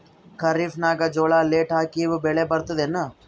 ಖರೀಫ್ ನಾಗ ಜೋಳ ಲೇಟ್ ಹಾಕಿವ ಬೆಳೆ ಬರತದ ಏನು?